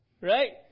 Right